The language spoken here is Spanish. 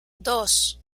dos